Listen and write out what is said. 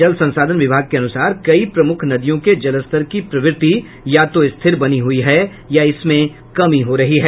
जल संसाधन विभाग के अनुसार कई प्रमुख नदियों के जलस्तर की प्रवृति या तो स्थिर बनी हुई है या इसमें कमी हो रही है